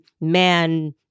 man